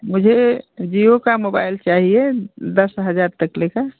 मुझे जिओ का मोबाईल चाहिए दस हजार तक ले कर